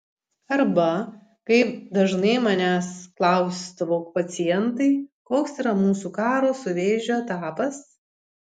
arba kaip dažnai manęs klausdavo pacientai koks yra mūsų karo su vėžiu etapas